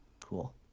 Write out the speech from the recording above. Cool